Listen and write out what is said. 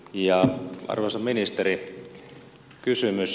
arvoisa ministeri kysymys